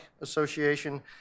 Association